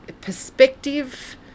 perspective